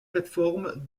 plateforme